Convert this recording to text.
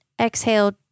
exhale